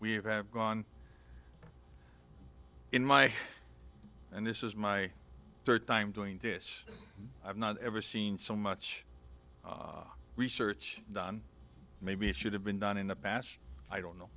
we have gone in my and this is my third time doing dish i've not ever seen so much research done maybe it should have been done in the past i don't know